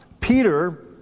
Peter